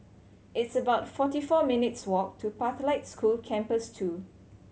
it's about forty four minutes' walk to Pathlight School Campus Two